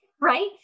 right